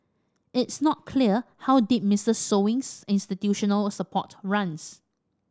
it's not clear how deep Mister Sewing's institutional support runs